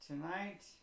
Tonight